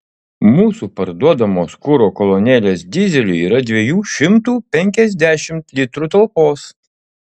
mūsų parduodamos kuro kolonėlės dyzeliui yra dviejų šimtų penkiasdešimt litrų talpos